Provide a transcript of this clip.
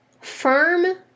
firm